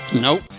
Nope